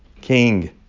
king